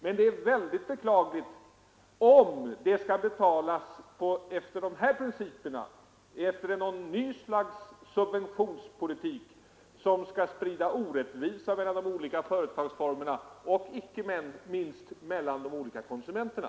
Men det är beklagligt om det skall betalas genom något slags ny subventionspolitik som sprider orättvisa mellan de olika företagsformerna och icke minst mellan de olika konsumenterna.